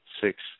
six